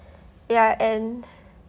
ya and